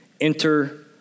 Enter